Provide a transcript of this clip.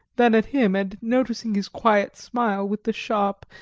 then at him, and noticing his quiet smile, with the sharp,